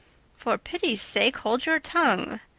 for pity's sake hold your tongue,